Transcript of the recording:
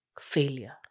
Failure